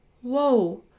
whoa